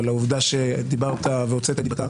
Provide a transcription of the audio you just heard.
אבל העובדה שדיברת והוצאת את דיבתה,